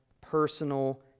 Personal